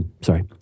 Sorry